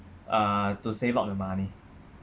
uh to save up the money